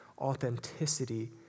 authenticity